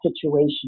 situation